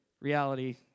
reality